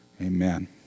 amen